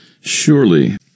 Surely